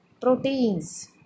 proteins